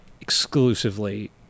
exclusively